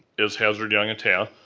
is hazard, young, and attea.